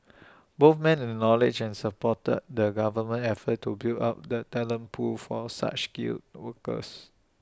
both men acknowledged and supported the government's efforts to build up the talent pool for such skilled workers